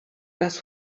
das